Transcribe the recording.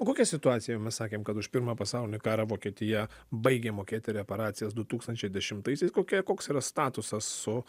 o kokią situaciją mes sakėm kad už pirmą pasaulinį karą vokietija baigė mokėti reparacijas du tūkstančiai dešimtaisiais kokia koks yra statusas su